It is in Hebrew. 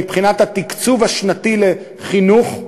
מבחינת התקצוב השנתי לחינוך,